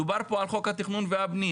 דובר פה על חוק התכנון והבנייה.